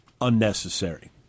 unnecessary